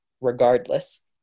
Regardless